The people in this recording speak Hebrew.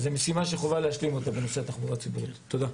תודה.